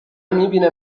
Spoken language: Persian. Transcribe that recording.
میبینه